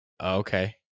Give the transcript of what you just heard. Okay